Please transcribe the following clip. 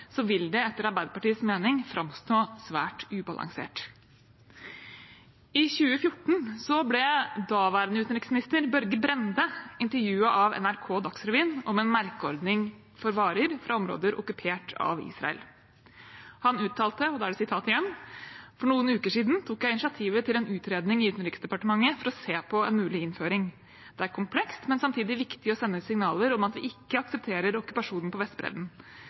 vil det etter Arbeiderpartiets mening framstå svært ubalansert. I 2014 ble daværende utenriksminister Børge Brende intervjuet av NRK Dagsrevyen om en merkeordning for varer fra områder okkupert av Israel. Han uttalte: «For noen uker siden tok jeg initiativet til en utredning i Utenriksdepartementet for å se på en mulig innføring. Det er komplekst, men samtidig viktig å sende signaler om at vi ikke aksepterer okkupasjonen på Vestbredden.